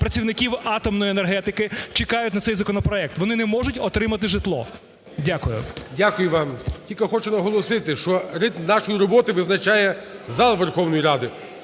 працівників атомної енергетики чекають на цей законопроект, вони не можуть отримати житло. Дякую. ГОЛОВУЮЧИЙ. Дякую вам. Тільки хочу наголосити, що ритм нашої роботи визначає зал Верховної Ради.